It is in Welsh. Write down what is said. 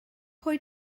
pwy